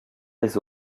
les